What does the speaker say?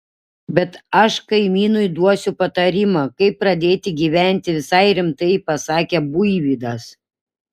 bet aš kaimynui duosiu patarimą kaip pradėti gyventi visai rimtai pasakė buivydas